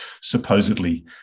supposedly